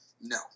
No